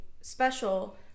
special